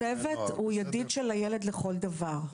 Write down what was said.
צוות הוא ידיד של הילד לכל דבר.